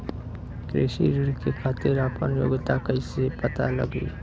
कृषि ऋण के खातिर आपन योग्यता कईसे पता लगी?